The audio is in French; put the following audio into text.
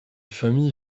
familles